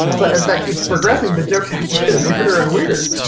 but as that keeps progressing the jokes have to get weirder and weirder.